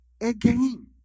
again